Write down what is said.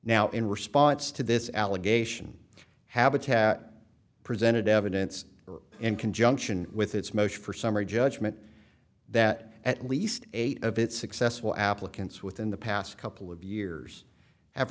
now in response to this allegation habitat presented evidence in conjunction with its motion for summary judgment that at least eight of its successful applicants within the past couple of years have